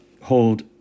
hold